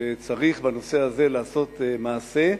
שצריך בנושא הזה לעשות מעשה,